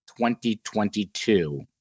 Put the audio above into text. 2022